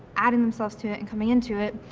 adding themselves to it and coming into it.